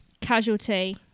casualty